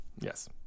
yes